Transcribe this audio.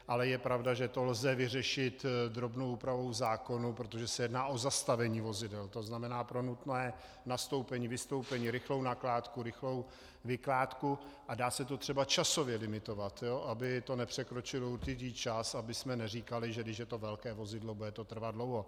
Ale je pravda, že to lze vyřešit drobnou úpravou v zákonu, protože se jedná o zastavení vozidel, to znamená pro nutné nastoupení, vystoupení, rychlou nakládku, rychlou vykládku, a dá se to třeba časově limitovat, aby to nepřekročilo určitý čas, abychom neříkali, že když je to velké vozidlo, bude to trvat dlouho.